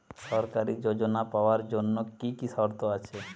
সরকারী যোজনা পাওয়ার জন্য কি কি শর্ত আছে?